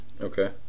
Okay